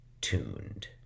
tuned